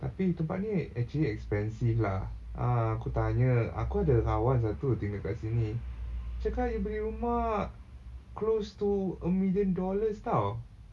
tapi tempat ni actually expensive lah ah aku tanya aku ada kawan satu tinggal kat sini cakap dia beli rumah close to a million dollars [tau]